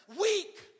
weak